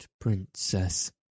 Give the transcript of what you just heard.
princess